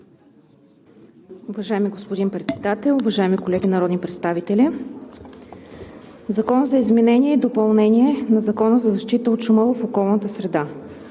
Уважаеми господин Председател, уважаеми колеги народни представители! „Закон за изменение и допълнение на Закона за защита от шума в околната среда“.